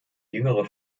jüngere